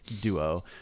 duo